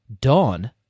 Dawn